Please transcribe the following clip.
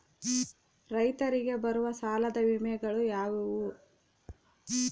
ರೈತರಿಗೆ ಬರುವ ಸಾಲದ ವಿಮೆಗಳು ಯಾವುವು?